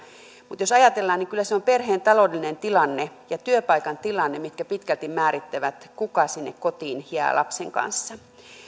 mutta jos ajatellaan niin kyllä se on perheen taloudellinen tilanne ja työpaikan tilanne mitkä pitkälti määrittävät kuka sinne kotiin jää lapsen kanssa